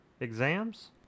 exams